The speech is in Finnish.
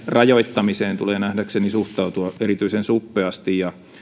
rajoittamiseen tulee nähdäkseni suhtautua erityisen suppeasti ja